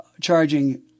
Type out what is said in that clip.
charging